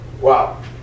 wow